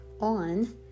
on